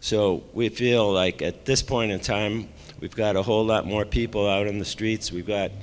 so we feel like at this point in time we've got a whole lot more people out on the streets we've got